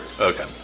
Okay